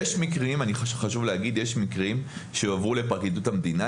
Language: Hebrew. חשוב להגיד, יש מקרים שהועברו לפרקליטות המדינה.